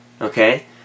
okay